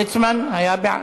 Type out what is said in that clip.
ליצמן היה בעד.